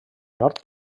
nord